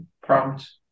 prompt